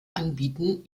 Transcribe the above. anbieten